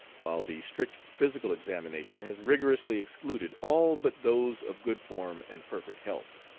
while the strict physical examination has rigorously excluded all but those of good form and perfect health.